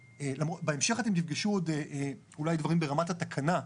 בהמשך אתם תפגשו אולי דברים ברמת התקנה.